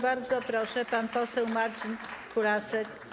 Bardzo proszę, pan poseł Marcin Kulasek.